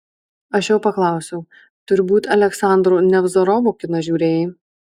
aš jo paklausiau turbūt aleksandro nevzorovo kiną žiūrėjai